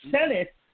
Senate